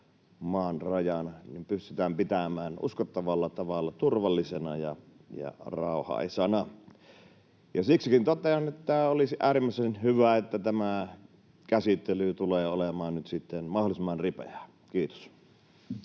maarajana, pitää uskottavalla tavalla turvallisena ja rauhaisana. Siksikin totean, että olisi äärimmäisen hyvä, että tämä käsittely tulee olemaan nyt sitten mahdollisimman ripeää. — Kiitos.